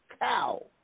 cow